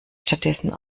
stattdessen